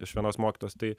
iš vienos mokytojos tai